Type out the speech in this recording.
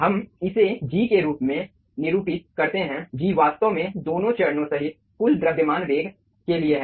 हम इसे G के रूप में निरूपित करते हैं G वास्तव में दोनों चरणों सहित कुल द्रव्यमान वेग के लिए है